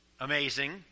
amazing